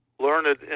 Learned